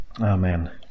Amen